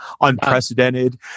unprecedented